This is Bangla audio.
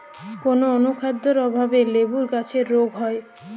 কোন অনুখাদ্যের অভাবে লেবু গাছের রোগ হয়?